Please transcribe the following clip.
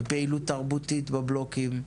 ופעילות תרבותית בבלוקים,